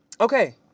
Okay